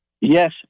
Yes